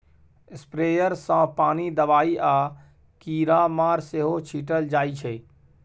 sprayer सँ पानि, दबाइ आ कीरामार सेहो छीटल जाइ छै